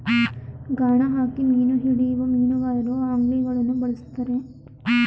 ಗಾಣ ಹಾಕಿ ಮೀನು ಹಿಡಿಯುವ ಮೀನುಗಾರರು ಆಂಗ್ಲಿಂಗನ್ನು ಬಳ್ಸತ್ತರೆ